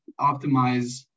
optimize